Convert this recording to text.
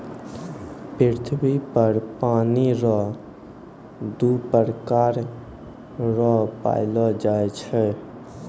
पृथ्वी पर पानी रो दु प्रकार रो पैलो जाय छै